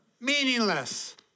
Meaningless